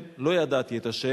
לא ידעתי את ה',